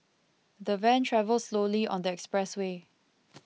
the van travelled slowly on the expressway